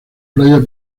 playa